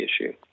issue